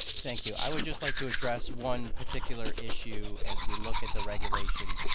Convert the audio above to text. thank you. i would just like to address one particular issue as we look at the regulation,